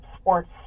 sports